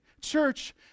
Church